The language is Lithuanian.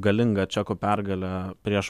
galinga čekų pergalė prieš